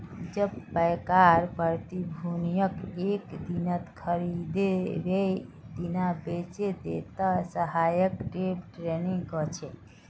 जब पैकार प्रतिभूतियक एक दिनत खरीदे वेय दिना बेचे दे त यहाक डे ट्रेडिंग कह छे